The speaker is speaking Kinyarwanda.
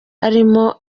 arimo